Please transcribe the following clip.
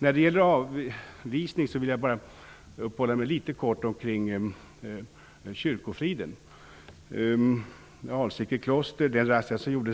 Vad gäller avvisning vill jag helt kort uppehålla mig kring kyrkofriden. Den razzia som gjordes i Alsike kloster har som